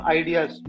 ideas